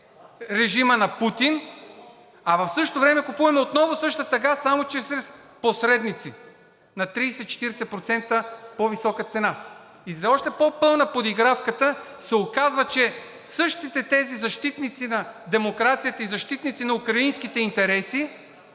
режима на Путин, а в същото време купуваме отново същия газ, само че с посредници – на 30 – 40% по-висока цена. И за да е още по-пълна подигравката, се оказва, че същите тези защитници на демокрацията и защитници на украинските интереси